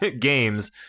games